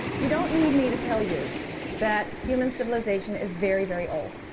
you don't need me to tell you that human civilization is very, very old.